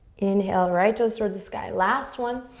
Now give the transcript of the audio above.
inhale, right toes towards the sky. last one.